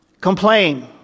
Complain